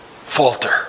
falter